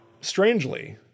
strangely